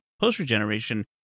Post-Regeneration